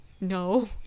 no